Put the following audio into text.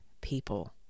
people